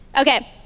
Okay